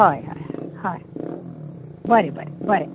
हय हय हय बरें बरें बरें